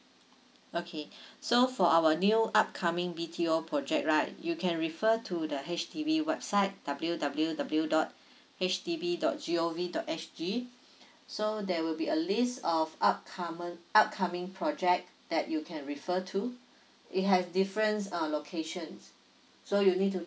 okay so for our new upcoming B_T_O project right you can refer to the H_D_B website w w w dot H D B dot g o v dot s g so there will be a list of upcoman~ upcoming project that you can refer to it has different uh locations so you need to